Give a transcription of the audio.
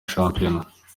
shampiyona